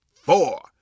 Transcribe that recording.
four